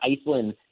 Iceland